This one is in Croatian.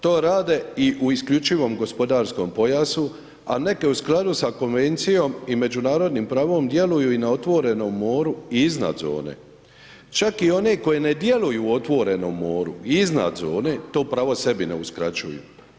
To rade i u isključivom gospodarskom pojasu, a neke u skladu s konvencijom i međunarodnim pravom djeluju i na otvorenom moru i iznad zone, čak i one koje ne djeluju u otvorenom moru i iznad zone to pravo sebi ne uskraćuju“